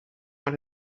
out